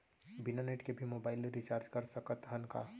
बिना नेट के भी मोबाइल ले रिचार्ज कर सकत हन का?